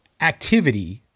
activity